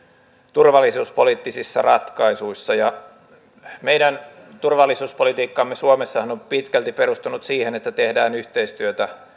turvallisuuspoliittisissa ratkaisuissa meidän turvallisuuspolitiikkammehan suomessa on pitkälti perustunut siihen että tehdään yhteistyötä